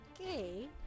okay